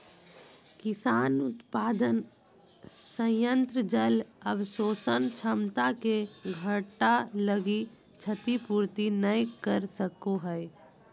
किसान उत्पादन संयंत्र जल अवशोषण क्षमता के घटा लगी क्षतिपूर्ति नैय कर सको हइ